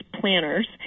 planners